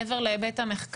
מעבר להיבט המחקרי,